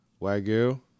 Wagyu